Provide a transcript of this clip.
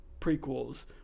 prequels